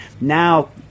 Now